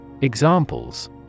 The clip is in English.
Examples